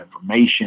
information